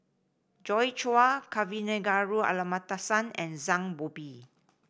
Joi Chua Kavignareru Amallathasan and Zhang Bohe